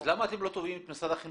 אז למה אתם לא תובעים את משרד החינוך?